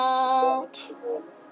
out